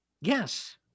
Yes